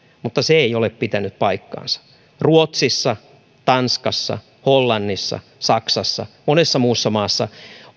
mutta se ei ole pitänyt paikkaansa ruotsissa tanskassa hollannissa saksassa monessa muussa maassa